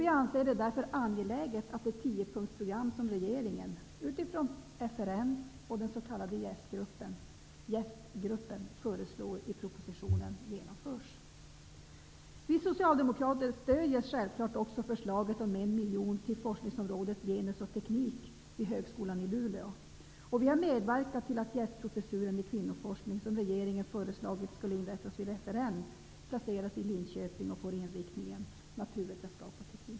Vi anser det därför angeläget att det tiopunktsprogram som regeringen -- utifrån FRN och den s.k. JÄST Vi socialdemokrater stöder självklart också förslaget om 1 miljon till forskningsområdet genus och teknik vid högskolan i Luleå, och vi har medverkat till att gästprofessuren i kvinnoforskning som regeringen föreslagit inrättas vid FRN, placeras i Linköping och får inriktningen naturvetenskap och teknik.